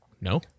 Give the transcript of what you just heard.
no